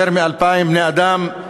יותר מ-2,000 בני-אדם,